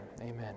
amen